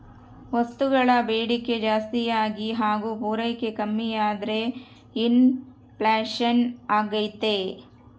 ವಸ್ತುಗಳ ಬೇಡಿಕೆ ಜಾಸ್ತಿಯಾಗಿ ಹಾಗು ಪೂರೈಕೆ ಕಮ್ಮಿಯಾದ್ರೆ ಇನ್ ಫ್ಲೇಷನ್ ಅಗ್ತೈತೆ